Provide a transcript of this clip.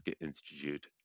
Institute